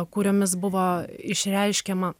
kuriomis buvo išreiškiama